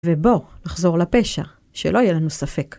ובוא נחזור לפשע, שלא יהיה לנו ספק.